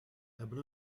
hebben